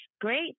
Great